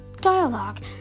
dialogue